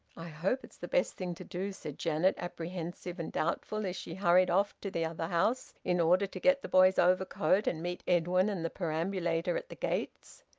i hope it's the best thing to do, said janet, apprehensive and doubtful, as she hurried off to the other house in order to get the boy's overcoat and meet edwin and the perambulator at the gates.